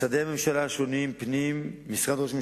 משרדי הממשלה השונים, פנים ומשרד ראש הממשלה,